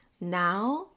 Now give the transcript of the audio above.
Now